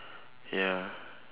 ya